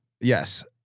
Yes